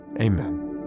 amen